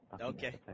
Okay